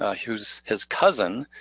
ah who's his cousin,